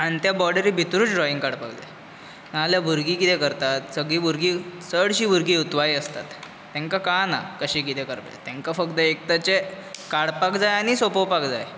आनी त्या बॉर्डरी भितरूच ड्रॉईंग काडपाक जाय नाजाल्यार भुरगीं कितें करतात सगळीं भुरगीं चडशीं भुरगीं हुतवाळी आसतात तांकां कळाना कशें कितें करपाचें तांकां फक्त एकदांचें काडपाक जाय आनी सोंपोवपाक जाय